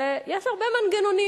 ויש הרבה מנגנונים.